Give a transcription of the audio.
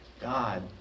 God